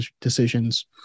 decisions